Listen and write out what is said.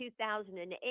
2008